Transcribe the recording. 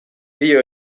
dio